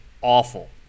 awful